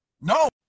No